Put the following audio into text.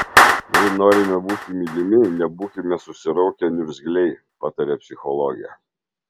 jei norime būti mylimi nebūkime susiraukę niurgzliai pataria psichologė